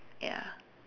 ya